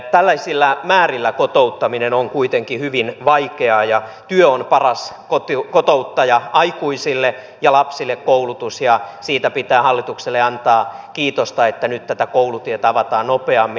tällaisilla määrillä kotouttaminen on kuitenkin hyvin vaikeaa ja työ on paras kotouttaja aikuisille ja koulutus lapsille ja siitä pitää hallitukselle antaa kiitosta että nyt tätä koulutietä avataan nopeammin